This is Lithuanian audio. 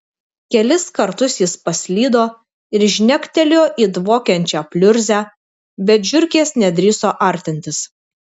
kelis kartus jis paslydo ir žnektelėjo į dvokiančią pliurzę bet žiurkės nedrįso artintis